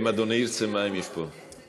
יש כאן, אם אדוני ירצה, מים, יש פה.